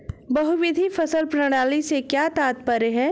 बहुविध फसल प्रणाली से क्या तात्पर्य है?